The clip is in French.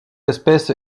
espèce